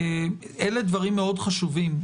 אלה דברים מאוד חשובים,